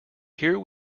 here